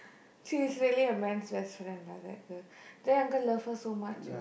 she's really a man's best friend lah that girl the uncle love her so much you know